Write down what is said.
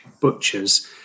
butcher's